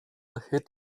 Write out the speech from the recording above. hit